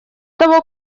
того